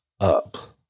up